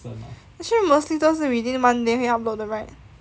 actually mostly 都是 within one day 会 upload 的 right